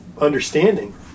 understanding